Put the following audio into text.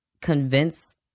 convince